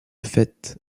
fait